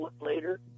later